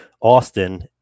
Austin